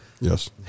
Yes